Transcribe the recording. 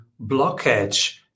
blockage